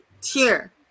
tier